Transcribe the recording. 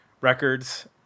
records